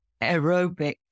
aerobic